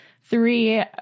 three